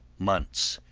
months,